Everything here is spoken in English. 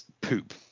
Poop